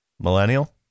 Millennial